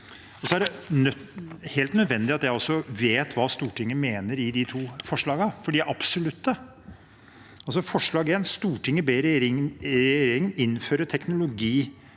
Det er helt nødvendig at jeg også vet hva Stortinget mener i de to forslagene, for de er absolutte. Forslag nr. 1 lyder: «Stortinget ber regjeringen innføre teknologinøytrale